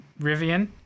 Rivian